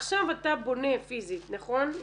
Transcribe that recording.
עכשיו אתה בונה פיזית נכון?